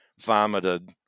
vomited